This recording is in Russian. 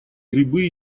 грибы